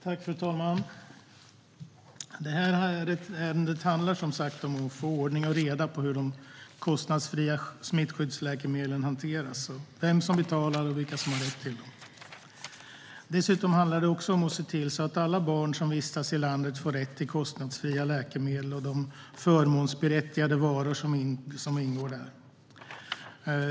Fru talman! Det här ärendet handlar som sagt om att få ordning och reda i hur de kostnadsfria smittskyddsläkemedlen hanteras, vem som betalar och vilka som har rätt till dem. Dessutom handlar det om att se till att alla barn som vistas i landet får rätt till kostnadsfria läkemedel och de förmånsberättigade varor som ingår där.